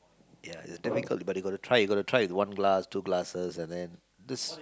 ya the typical but you got to try got to try one glass two glasses and then this